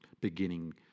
beginning